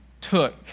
took